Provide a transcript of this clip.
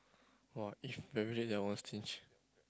!wah! if everyday that one stinge